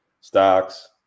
stocks